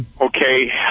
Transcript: Okay